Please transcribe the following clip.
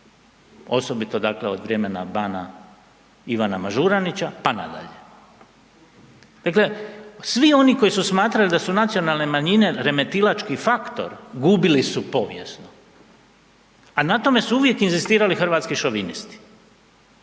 dakle od vremena bana Ivana Mažuranića, pa nadalje. Dakle, svi oni koji su smatrali da su nacionalne manjine, remetilački faktor, gubili su povijesno, a na tome su uvijek inzistirali hrvatski šovinisti.